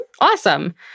awesome